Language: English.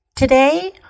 Today